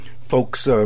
folks